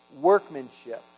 workmanship